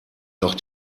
noch